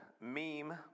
meme